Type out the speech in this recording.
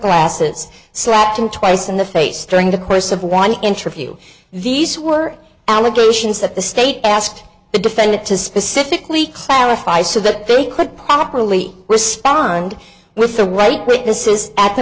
glasses slapped him twice in the face during the course of one interview these were allegations that the state asked the defendant to specifically clarify so that they could properly respond with the right quick this is at the